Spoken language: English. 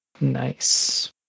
Nice